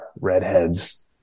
Redheads